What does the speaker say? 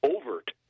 overt